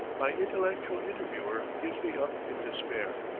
my intellectual interviewer gives me up in despair,